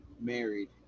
married